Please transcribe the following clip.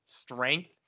strength